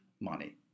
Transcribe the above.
money